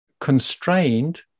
constrained